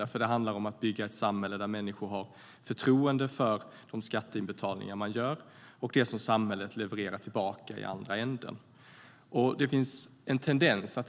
Det handlar om att bygga ett samhälle där människor har förtroende för de skatteinbetalningar de gör och för det som samhället levererar tillbaka i andra ändan.